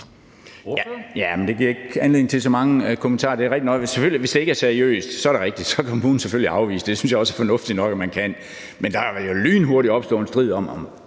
(EL): Det giver ikke anledning til så mange kommentarer. Det er rigtigt nok, at hvis det ikke er seriøst, kan kommunen selvfølgelig afvise det, og det synes jeg også er fornuftigt nok at man kan. Men der kan lynhurtigt opstå en strid om,